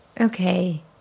Okay